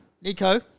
Nico